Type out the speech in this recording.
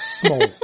small